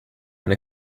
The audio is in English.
when